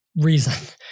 reason